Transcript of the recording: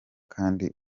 kandi